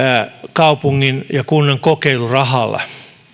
kaupungin ja kunnan kokeilurahalla